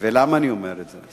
ולמה אני אומר את זה?